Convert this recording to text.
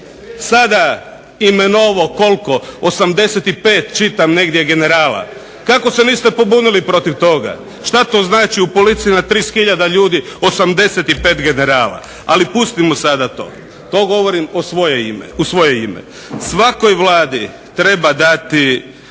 sada imenovao koliko, 85 čitam negdje generala. Kako se niste pobunili protiv toga, šta to znači u policiji na 30 hiljada ljudi 85 generala. Ali pustimo sada to, to govorim u svoje ime. Svakoj vladi treba dati